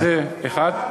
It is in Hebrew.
זה, אחד.